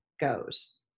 goes